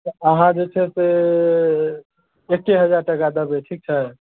तऽ अहाँ जे छै से एके हजार टाका देबै ठीक छै